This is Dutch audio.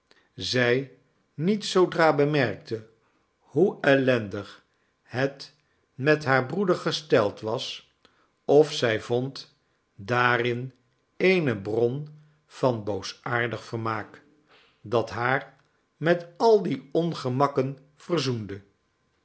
zij niet zoodra bemerkte hoe ellendig het met haar brooder g'esteld was of zij vond daarin eene bron van boosaardig vermaak dat haar metal die ongemakken verzoende